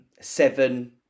seven